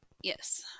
Yes